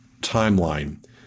timeline